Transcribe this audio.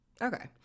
Okay